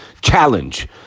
Challenge